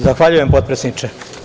Zahvaljujem, potpredsedniče.